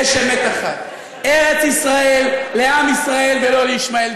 יש אמת אחת: ארץ-ישראל לעם ישראל ולא לישמעאל,